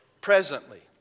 presently